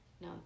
No